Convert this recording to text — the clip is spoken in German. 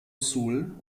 sul